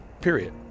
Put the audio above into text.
period